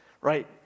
right